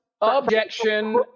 Objection